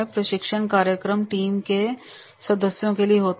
प्रशिक्षण कार्यक्रम टीम के सदस्यों के लिए होता है